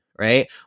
right